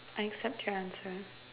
I accept your answer